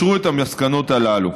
והם אישרו את המסקנות הללו.